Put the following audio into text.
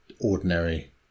ordinary